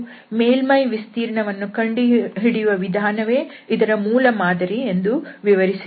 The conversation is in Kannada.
ಮೇಲ್ಮೈ ವಿಸ್ತೀರ್ಣವನ್ನು ಕಂಡುಹಿಡಿಯುವ ವಿಧಾನವೇ ಇದರ ಮೂಲ ಮಾದರಿ ಎಂದು ವಿವರಿಸಿದ್ದೇವೆ